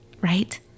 right